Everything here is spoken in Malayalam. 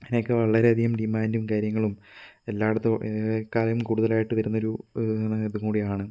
അതിനൊക്കെ വളരെയധികം ഡിമാൻഡും കാര്യങ്ങളും എല്ലായിടത്തേക്കാളും കൂടുതലായിട്ട് വരുന്ന ഒരു ഇതും കൂടിയാണ്